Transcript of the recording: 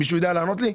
שנה.